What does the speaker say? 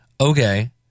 okay